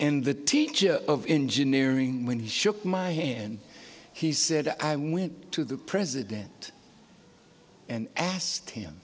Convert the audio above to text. and the teacher of engineering when he shook my hand he said i went to the president and asked him